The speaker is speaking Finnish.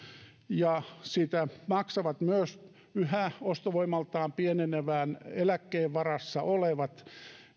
ja sitä maksavat myös yhä ostovoimaltaan pienenevän eläkkeen varassa olevat